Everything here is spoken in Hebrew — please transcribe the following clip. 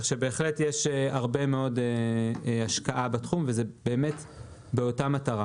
יש הרבה מאוד השקעה בתחום, לאותה מטרה.